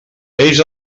ells